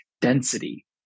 density